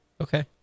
Okay